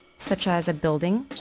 such as a building,